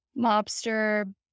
mobster